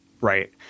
Right